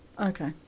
okay